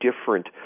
different